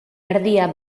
erdia